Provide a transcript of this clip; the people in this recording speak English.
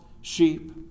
sheep